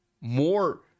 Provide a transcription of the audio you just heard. more